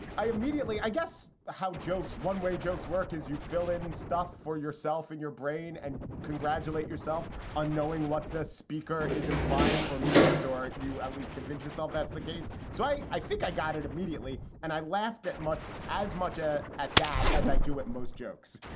i immediately i guess how jokes one way jokes work is you fill in stuff for yourself and your brain and congratulate yourself on knowing what the speaker is implying or means, or you at least convince yourself that's the case. so i i think i got it immediately. and i laughed at much as much ah at that as i do with most jokes.